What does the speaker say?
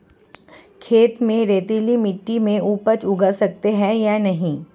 खेत में रेतीली मिटी में उपज उगा सकते हैं या नहीं?